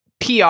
PR